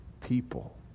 people